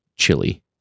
chili